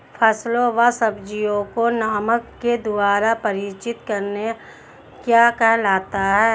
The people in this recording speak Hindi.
फलों व सब्जियों को नमक के द्वारा परीक्षित करना क्या कहलाता है?